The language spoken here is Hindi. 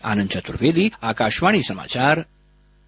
आनंद चतुर्वेदी आकाशवाणी समाचार दिल्ली